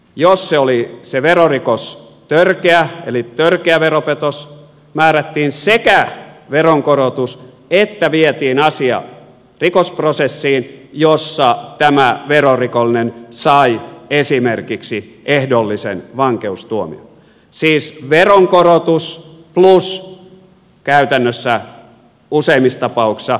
jos se verorikos oli törkeä eli törkeä veropetos sekä määrättiin veronkorotus että vietiin asia rikosprosessiin jossa tämä verorikollinen sai esimerkiksi ehdollisen vankeustuomion siis veronkorotus plus käytännössä useimmissa tapauksissa ehdollinen vankeustuomio